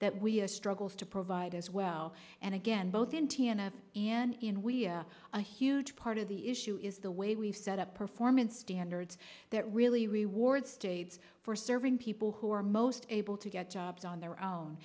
that we have struggled to provide as well and again both in t n a and in we are a huge part of the issue is the way we set up performance standards that really reward states for serving people who are most able to get jobs on their own